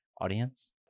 audience